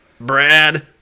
Brad